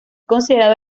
considerado